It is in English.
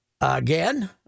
again